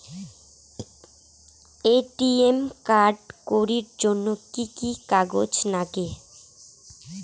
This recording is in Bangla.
এ.টি.এম কার্ড করির জন্যে কি কি কাগজ নাগে?